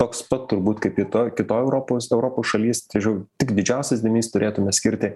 toks pat turbūt kaip kitoj kitoj europos europos šalys tai žodžiu tik didžiausias dėmesys turėtume skirti